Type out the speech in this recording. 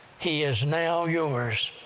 he is now yours!